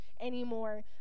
anymore